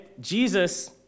Jesus